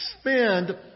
spend